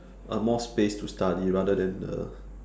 uh more space to study rather than the